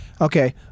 Okay